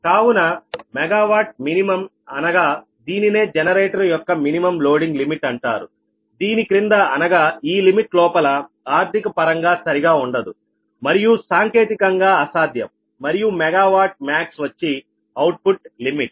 కావున MWminఅనగా దీనినే జనరేటర్ యొక్క మినిమం లోడింగ్ లిమిట్ అంటారు దీని క్రింద అనగా ఈ లిమిట్ లోపల ఆర్థికపరంగా సరిగా ఉండదు మరియు సాంకేతికంగా అసాధ్యం మరియు మెగావాట్ మ్యాక్స్ వచ్చి అవుట్ఫుట్ లిమిట్